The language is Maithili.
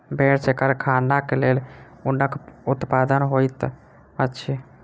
भेड़ सॅ कारखानाक लेल ऊनक उत्पादन होइत अछि